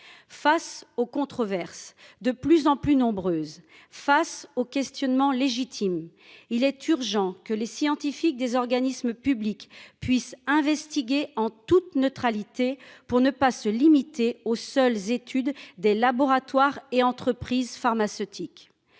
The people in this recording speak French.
Face aux controverses de plus en plus nombreuses, face aux questionnements légitimes, il est urgent que les scientifiques des organismes publics puissent investiguer en toute neutralité, afin de ne pas se limiter aux seules études des laboratoires et des entreprises pharmaceutiques.